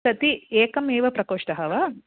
प्रति एकमेव प्रकोष्ठः वा